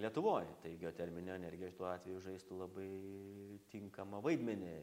lietuvoj tai geoterminė energija šituo atveju žaistų labai tinkamą vaidmenį